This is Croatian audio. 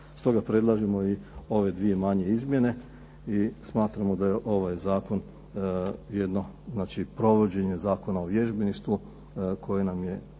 Stoga predlažemo i ove dvije manje izmjene i smatramo da je ovaj zakon jedno provođenje Zakona o vježbeništvu koje nam je